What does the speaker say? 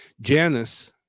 janice